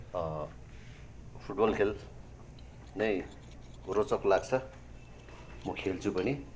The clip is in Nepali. फुटबल खेल नै रोचक लाग्छ म खेल्छु पनि